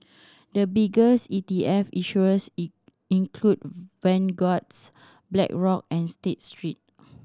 the biggest E T F issuers in include Vanguards Blackrock and State Street